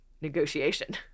negotiation